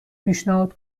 پیشنهاد